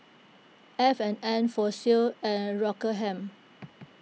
F and N Fossil and Rockingham